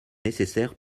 nécessaire